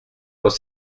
los